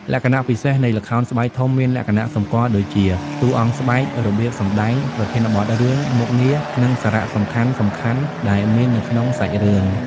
លក្ខណៈពិសេសនៃល្ខោនស្បែកធំមានលក្ខណៈសម្គាល់ដូចជា តួអង្គស្បែក របៀបសម្ដែង ប្រធានបទរឿង មុខងារ និងសារៈសំខាន់ៗដែលមាននៅក្នុងសាច់រឿង ។